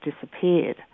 disappeared